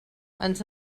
ens